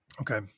Okay